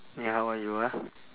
你 how are you ah